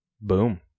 Boom